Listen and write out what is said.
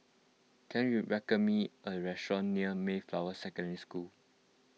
can you recommend me a restaurant near Mayflower Secondary School